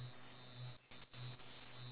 oh my god really